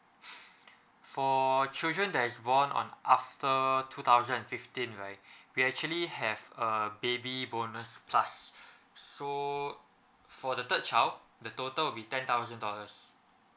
for children there's born on after two thousand and fifteen right we actually have a baby bonus plus so for the third child the total will be ten thousand dollars